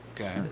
Okay